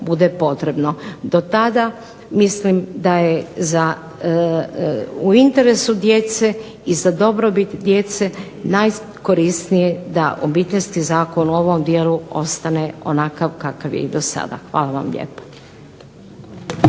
bude potrebno. Do tada mislim da je u interesu djece i za dobrobit djece najkorisnije da Obiteljski zakon u ovom dijelu ostane onakav kakav je i do sada. Hvala vam lijepa.